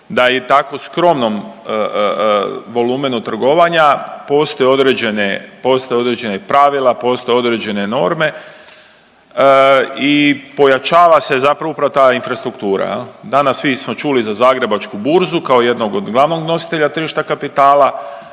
je i tako skromnom volumenu trgovanja postoje određene pravila, postoje određene norme i pojačava se zapravo upravo ta infrastruktura. Danas svi smo čuli za Zagrebačku burzu kao jednog od glavnog nositelja tržišta kapitala